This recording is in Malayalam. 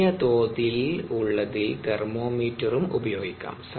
ചെറിയ തോതിൽ ഉള്ളതിൽ തെർമോമീറ്ററും ഉപയോഗിക്കാം